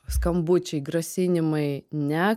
skambučiai grasinimai ne